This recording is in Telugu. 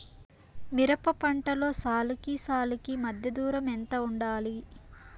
మిరప పంటలో సాలుకి సాలుకీ మధ్య దూరం ఎంత వుండాలి?